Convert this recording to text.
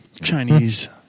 Chinese